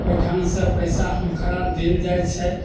ओहि ढङ्ग से पैसा हुनकरा देल जाइत छै